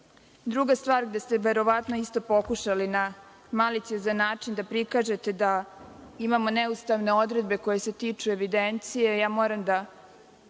stvar, gde ste verovatno isto pokušali na maliciozan način da prikažete da imamo neustavne odredbe koje se tiču evidencije, moram da